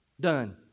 Done